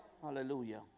Hallelujah